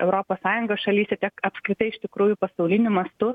europos sąjungos šalyse tiek apskritai iš tikrųjų pasauliniu mastu